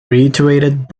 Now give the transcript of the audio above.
reiterated